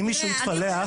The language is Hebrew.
זה לא בסדר.